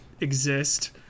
exist